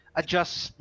adjusts